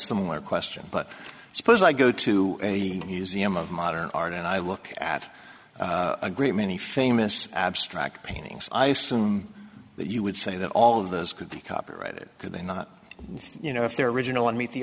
similar question but suppose i go to a museum of modern art and i look at a great many famous abstract paintings i assume that you would say that all of those could be copyrighted could they not you know if they're original and meet the